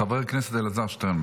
חבר הכנסת אלעזר שטרן,